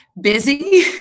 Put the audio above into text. busy